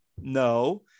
No